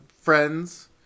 friends